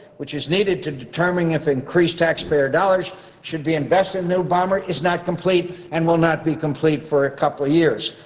which is needed to determining if increased taxpayer dollars should be invested in the new bomber, is not complete and will not be complete for a couple of years.